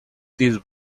this